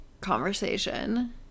conversation